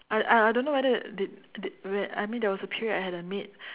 I I I don't know whether did did when I mean there was a period I had a maid